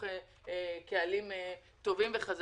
אחרת,